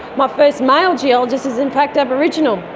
my first male geologist is in fact aboriginal,